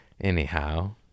Anyhow